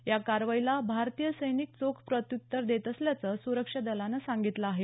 या कारवाईला भारतीय सैनिक चोख प्रत्युतर देत असल्याचं सुरक्षा दलानं सागिंतलं आहे